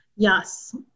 Yes